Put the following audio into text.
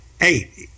Eight